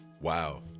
wow